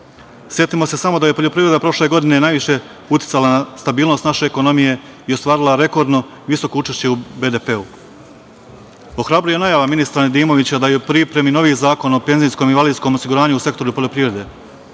države. Setimo se samo da je poljoprivreda prošle godine najviše uticala na stabilnost naše ekonomije i ostvarila rekordno visoko učešće u BDP-u. Ohrabruje najava ministra Nedimovića da je u pripremi novi Zakon o penzijskom i invalidskom osiguranju u sektoru poljoprivrede.